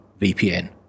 VPN